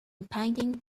painting